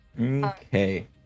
Okay